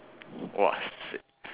!wahseh!